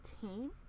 team